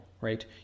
right